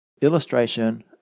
illustration